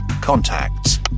Contacts